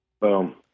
Boom